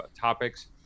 topics